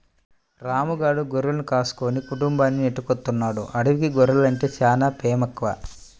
రాము గాడు గొర్రెలు కాసుకుని కుటుంబాన్ని నెట్టుకొత్తన్నాడు, ఆడికి గొర్రెలంటే చానా పేమెక్కువ